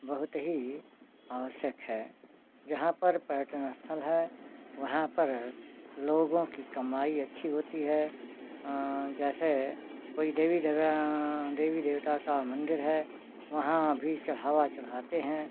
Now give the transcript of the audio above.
बहुत ही आवश्यक है जहाँ पर पर्यटन स्थल है वहाँ पर लोगों की कमाई अच्छी होती है जैसे कोई देवी देवा देवी देवता का मंदिर है वहाँ भी चढ़ावा चढ़ाते हैं